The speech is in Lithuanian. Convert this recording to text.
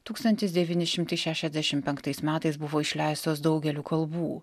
tūkstantis devyni šimtai šešiasdešimt penktais metais buvo išleistos daugeliu kalbų